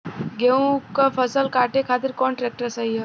गेहूँक फसल कांटे खातिर कौन ट्रैक्टर सही ह?